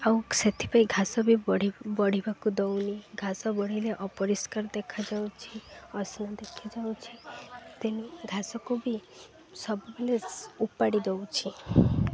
ଆଉ ସେଥିପାଇଁ ଘାସ ବି ବଢ଼ିବାକୁ ଦେଉନି ଘାସ ବଢ଼େଇଲେ ଅପରିଷ୍କାର ଦେଖାଯାଉଛି ଅସନା ଦେଖ ଯାଉଛି ତେନୁ ଘାସକୁ ବି ସବୁବେଲେ ଉପାଡ଼ି ଦେଉଛି